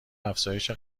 افزایش